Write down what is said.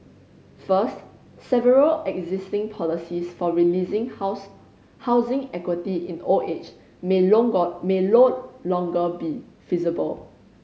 first several existing policies for releasing house housing equity in old age may may no longer be feasible